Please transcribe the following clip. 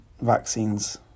vaccines